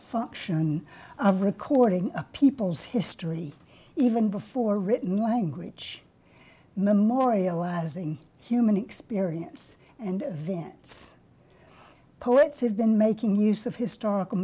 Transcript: function of recording a people's history even before written language memorializing human experience and advance poets have been making use of historical